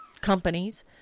companies